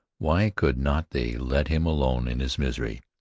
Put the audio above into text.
why could not they let him alone in his misery?